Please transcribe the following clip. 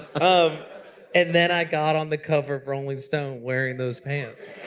um and then i got on the cover of rolling stone wearing those pants.